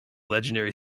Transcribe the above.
legendary